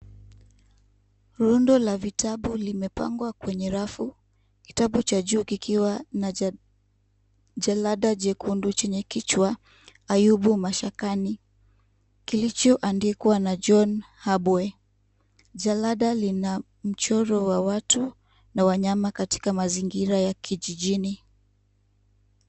Rundo la vitabu limepangwa kwenye rafu , kitabu cha juu kikiwa na jalada jekundu chenye kichwa Ayubu Mashakani , kilichoandikwa na John Habwe . Jalada lina mchoro wa watu na wanyama katika mazingira ya kijijini.